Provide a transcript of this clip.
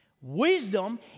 Wisdom